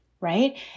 Right